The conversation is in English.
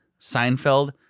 Seinfeld